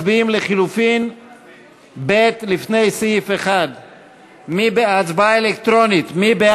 הסתייגות לחלופין לפני סעיף 1. חברים,